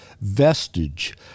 vestige